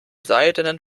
seidenen